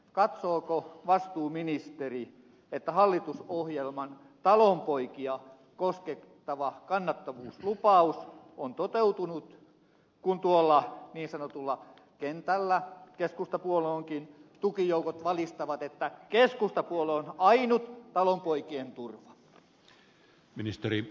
katsooko vastuuministeri että hallitusohjelman talonpoikia koskettava kannattavuuslupaus on toteutunut kun tuolla niin sanotulla kentällä keskustapuolueenkin tukijoukot valistavat että keskustapuolue on ainut talonpoikien turva